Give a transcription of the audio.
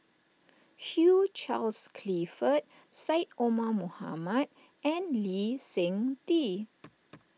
Hugh Charles Clifford Syed Omar Mohamed and Lee Seng Tee